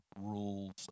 rules